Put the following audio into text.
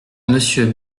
monsieur